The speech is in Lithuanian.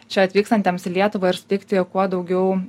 čia atvykstantiems į lietuvą ir suteikti kuo daugiau